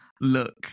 look